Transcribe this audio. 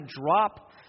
drop